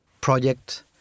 project